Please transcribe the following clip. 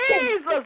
Jesus